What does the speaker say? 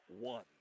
one